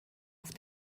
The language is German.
auf